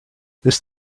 this